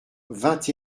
vingt